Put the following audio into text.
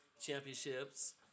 championships